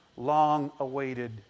long-awaited